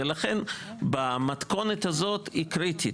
ולכן במתכונת הזאת היא קריטית.